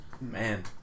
Man